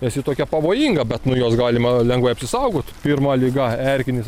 nes ji tokia pavojinga bet nuo jos galima lengvai apsisaugot pirma liga erkinis